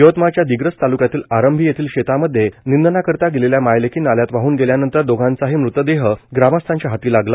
यवतमाळच्या दिग्रस तालुक्यातील आरंभी येथील शेतामध्ये निंदनाकरिता गेलेल्या माय लेकी नाल्यात वाहन गेल्यानंतर दोघींचाही मृतदेह ग्रामस्थांच्या हाती लागला